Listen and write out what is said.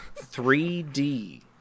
3D